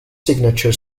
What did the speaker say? signature